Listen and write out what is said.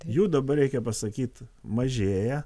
jų dabar reikia pasakyt mažėja